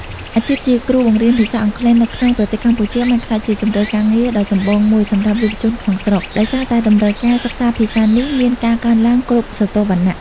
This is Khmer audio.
អាជីពជាគ្រូបង្រៀនភាសាអង់គ្លេសនៅក្នុងប្រទេសកម្ពុជា បានក្លាយជាជម្រើសការងារដ៏ចម្បងមួយសម្រាប់យុវជនក្នុងស្រុក ដោយសារតែតម្រូវការសិក្សាភាសានេះមានការកើនឡើងគ្រប់ស្រទាប់វណ្ណៈ។